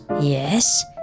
Yes